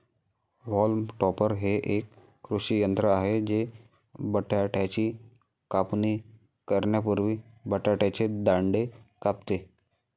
haulm topper हे एक कृषी यंत्र आहे जे बटाट्याची कापणी करण्यापूर्वी बटाट्याचे दांडे कापते